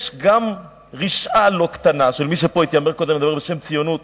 יש גם רשעה לא קטנה של מי שפה התיימר קודם לדבר בשם ציונות,